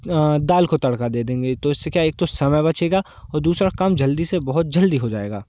दाल को तड़का दे देंगे तो इससे क्या है एक तो समय बचेगा और दूसरा काम जल्दी से बहुत जल्दी हो जाएगा